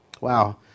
Wow